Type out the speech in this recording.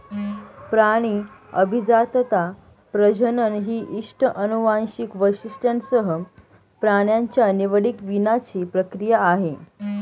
प्राणी अभिजातता, प्रजनन ही इष्ट अनुवांशिक वैशिष्ट्यांसह प्राण्यांच्या निवडक वीणाची प्रक्रिया आहे